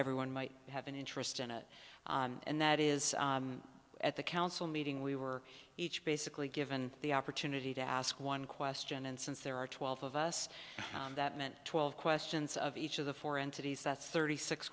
everyone might have an interest in it and that is at the council meeting we were each basically given the opportunity to ask one question and since there are twelve of us that meant twelve questions of each of the four entities that's thirty six